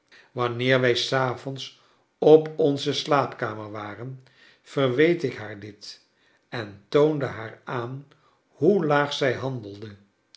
wanneer wq savonds op onze slaapkamer waren verweet ik haar dit en toonde haar aan hoe laag zij handelde